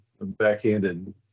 backhanded